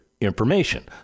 information